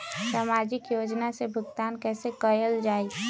सामाजिक योजना से भुगतान कैसे कयल जाई?